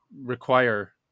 require